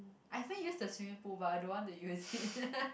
I think use the swimming pool but I don't want to use it